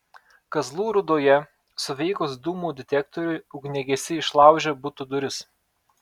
kazlų rūdoje suveikus dūmų detektoriui ugniagesiai išlaužė buto duris